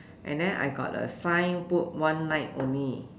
and then I got a sign put one night only